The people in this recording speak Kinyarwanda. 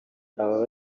aba